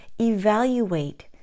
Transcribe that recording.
evaluate